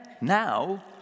Now